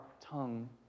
tongue